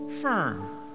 Firm